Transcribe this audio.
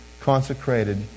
consecrated